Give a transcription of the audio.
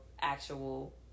actual